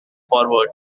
forward